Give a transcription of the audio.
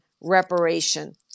reparation